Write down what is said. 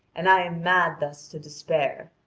and i am mad thus to despair.